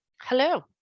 Hello